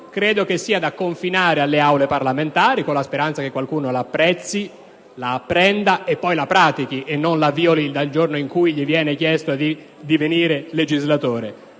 politico) sia da confinare alle Aule parlamentari, con la speranza che qualcuno la apprezzi, la apprenda e poi la pratichi e non invece la violi dal giorno in cui gli viene chiesto di divenire legislatore.